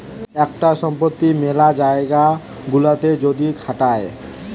একটা সম্পত্তি মেলা জায়গা গুলাতে যদি খাটায়